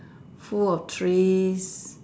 full of trees